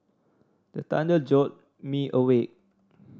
the thunder jolt me awake